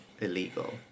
illegal